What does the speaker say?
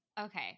okay